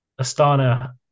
Astana